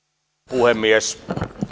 puhemies